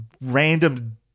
random